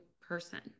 person